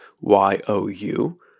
Y-O-U